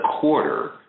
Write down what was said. quarter